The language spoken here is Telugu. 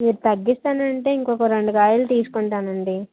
మీరు తగ్గిస్తానంటే ఇంకొక రెండు కాయలు తీసుకుంటానండి